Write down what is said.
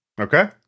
Okay